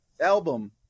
album